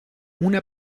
una